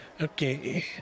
Okay